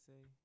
say